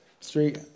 street